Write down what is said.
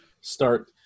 start